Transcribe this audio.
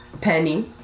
Penny